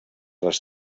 les